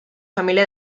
familia